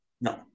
No